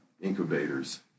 incubators